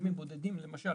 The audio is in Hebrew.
אם הם בודדים למשל,